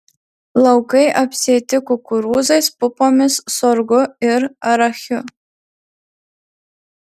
laukai apsėti kukurūzais pupomis sorgu ir arachiu